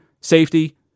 safety